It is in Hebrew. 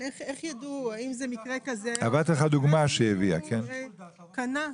שיהיה שיקול דעת לרשם.